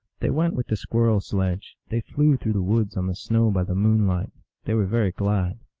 they went with the squirrel sledge they flew through the woods on the snow by the moonlight they were very glad.